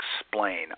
explain